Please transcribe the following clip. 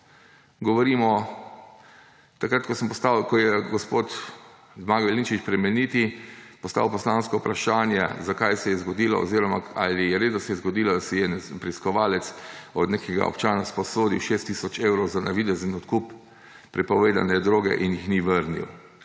Govorimo, ko je gospod Zmago Jelinčič Plemeniti postavil poslansko vprašanje, zakaj se je zgodilo oziroma ali je res, da se je zgodilo, da si je preiskovalec od nekega občana sposodil 6 tisoč evrov za navidezni odkup prepovedane droge in jih ni vrnil.